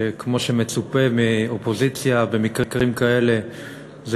מה שמצופה מאופוזיציה במקרים כאלה זה